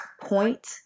point